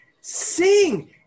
Sing